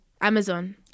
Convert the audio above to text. amazon